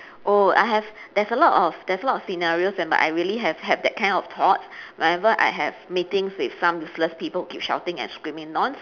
oh I have there's a lot of there's a lot of scenarios whereby that I really have had that kind of thoughts whenever I have meetings with some useless people that keep shouting and screaming non